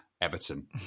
Everton